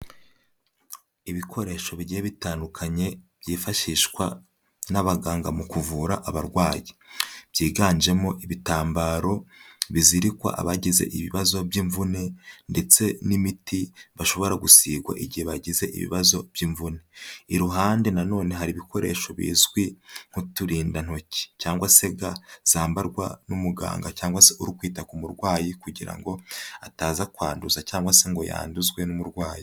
Ibikoresho bigiye bitandukanye byifashishwa n'abaganga mu kuvura abarwayi, byiganjemo ibitambaro bizirikwa abagize ibibazo by'imvune ndetse n'imiti bashobora gusigwa igihe bagize ibibazo by'imvune. Iruhande na none hari ibikoresho bizwi nk'uturindantoki cyangwa se ga zambarwa n'umuganga cyangwa se uri kwita ku murwayi kugira ngo ataza kwanduza cyangwa se ngo yanduzwe n'umurwayi.